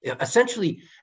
essentially